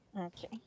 okay